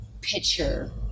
picture